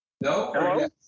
No